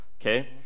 Okay